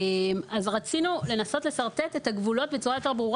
אז רצינו לנסות לשרטט את הגבולות בצורה יותר ברורה